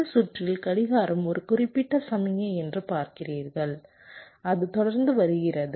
இந்த சுற்றில் கடிகாரம் ஒரு குறிப்பிட்ட சமிக்ஞை என்று பார்க்கிறீர்கள் அது தொடர்ந்து வருகிறது